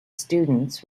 students